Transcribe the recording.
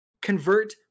convert